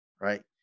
Right